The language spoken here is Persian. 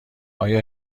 آیا